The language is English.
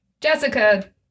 Jessica